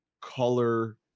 color